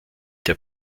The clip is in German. der